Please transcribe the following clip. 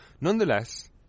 Nonetheless